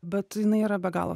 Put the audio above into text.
bet jinai yra be galo